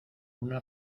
una